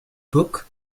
book